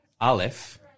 Aleph